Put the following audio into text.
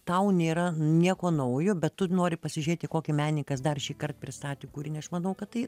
tau nėra nieko naujo bet tu nori pasižiūrėti kokį menikas dar šįkart pristatė kūrinį aš manau kad tai